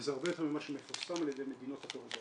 וזה הרבה יותר ממה שמפורסם על ידי מדינות אחרות בעולם.